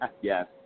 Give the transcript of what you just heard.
Yes